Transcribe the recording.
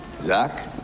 Zach